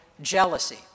jealousy